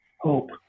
hope